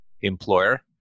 employer